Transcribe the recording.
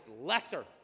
lesser